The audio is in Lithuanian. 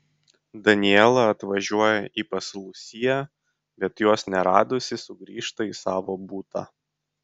daniela atvažiuoja į pas lusiją bet jos neradusi sugrįžta į savo butą